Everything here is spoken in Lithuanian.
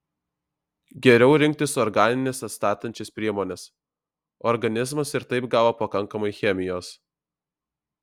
geriau rinktis organines atstatančias priemones organizmas ir taip gavo pakankamai chemijos